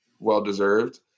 Well-deserved